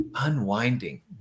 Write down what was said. unwinding